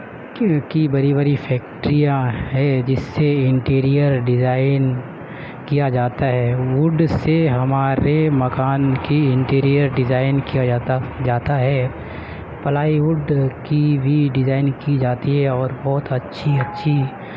کی کی بڑی بڑی فیکٹریاں ہے جس سے انٹیریئر ڈیزائن کیا جاتا ہے ووڈ سے ہمارے مکان کی انٹیریئر ڈیزائن کیا جاتا جاتا ہے پلائی وڈ کی بھی ڈزائن کی جاتی ہے اور بہت اچھی اچھی